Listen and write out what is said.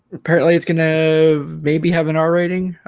apparently it's gonna maybe have an ah r-rating